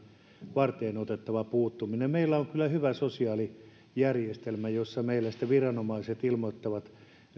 varteenotettava puuttuminen meillä on kyllä hyvä sosiaalijärjestelmä jossa meillä sitten viranomaiset ilmoittavat